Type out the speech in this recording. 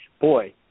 Boy